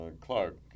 Clark